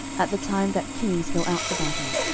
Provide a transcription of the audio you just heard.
at the time that kings go out to battle,